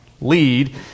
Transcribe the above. lead